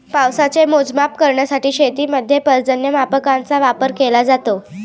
पावसाचे मोजमाप करण्यासाठी शेतीमध्ये पर्जन्यमापकांचा वापर केला जातो